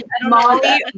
Molly